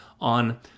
on